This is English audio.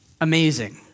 Amazing